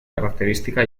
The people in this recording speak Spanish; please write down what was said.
característica